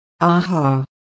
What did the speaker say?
aha